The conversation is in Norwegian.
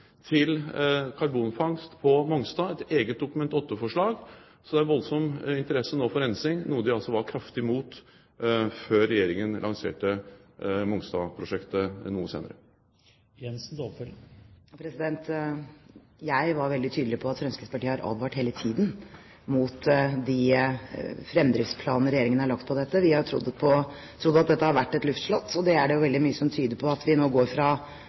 til karbonfangst på Mongstad, et eget Dokument nr. 8-forslag. Så det er voldsom interesse for rensing nå, noe de altså var kraftig imot før Regjeringen lanserte Mongstad-prosjektet, noe senere. Jeg var veldig tydelig på at Fremskrittspartiet hele tiden har advart mot de fremdriftsplaner Regjeringen har lagt for dette. Vi har trodd at dette har vært et luftslott. Det er det jo veldig mye som nå tyder på, at vi går fra